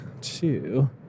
Two